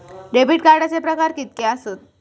Debit कार्डचे प्रकार कीतके आसत?